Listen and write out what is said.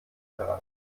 herein